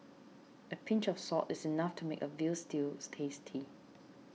a pinch of salt is enough to make a Veal Stew tasty